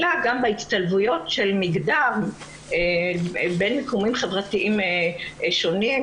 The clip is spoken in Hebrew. אלא גם בהצטלבויות של מגדר בין מיקומים חברתיים שונים,